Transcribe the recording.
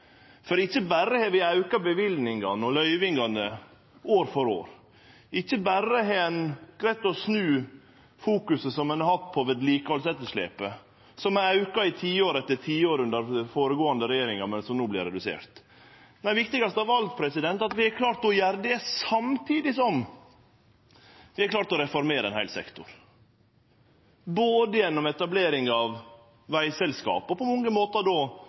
transportpolitikken. Ikkje berre har vi auka løyvingane år for år, ikkje berre har ein greidd å snu fokuset som har vore i samband med vedlikehaldsetterslepet, som auka i tiår etter tiår under dei føregåande regjeringane, men som no vert redusert. Viktigast av alt er det at vi har klart å gjere det samtidig som vi har klart å reformere ein heil sektor, både gjennom å etablere eit vegselskap, og med det på mange måtar